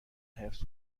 حفظ